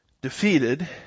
defeated